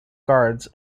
guards